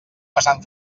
passant